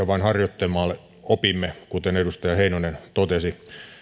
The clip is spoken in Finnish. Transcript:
vain harjoittelemalla opimme kuten edustaja heinonen totesi